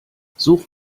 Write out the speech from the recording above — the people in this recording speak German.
such